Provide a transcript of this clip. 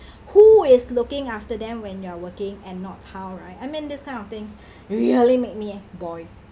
who is looking after them when you're working and not how right I mean this kind of things really make me boil